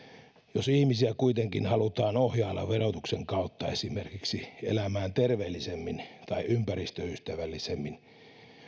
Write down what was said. jos ihmisiä kuitenkin halutaan ohjailla verotuksen kautta esimerkiksi elämään terveellisemmin tai ympäristöystävällisemmin